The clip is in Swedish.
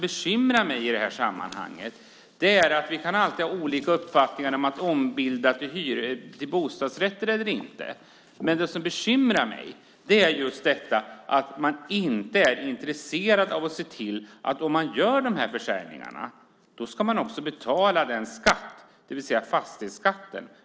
Vi kan alltid ha olika uppfattningar om ombildning till bostadsrätter, men det som bekymrar mig är just detta att man inte är intresserad av att se till att de som gör de här försäljningarna också ska betala skatt, det vill säga fastighetsskatt.